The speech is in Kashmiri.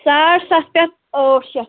ساڑٕ سَتھ پٮ۪ٹھ ٲٹھ شیٚتھ